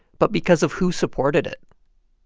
but because of who supported it.